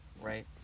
right